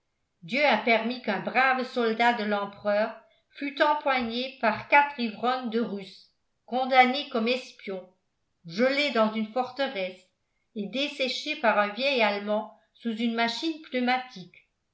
dieu a permis qu'un brave soldat de l'empereur fût empoigné par quatre ivrognes de russes condamné comme espion gelé dans une forteresse et desséché par un vieil allemand sous une machine pneumatique